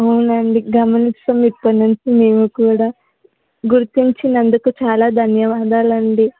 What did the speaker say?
అవునా అండి గమనిస్తాం ఇప్పుడి నుంచి మేము కూడా గుర్తించినందుకు చాలా ధన్యవాదాలండి